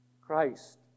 Christ